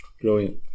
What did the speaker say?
Brilliant